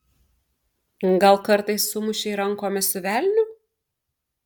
gal kartais sumušei rankomis su velniu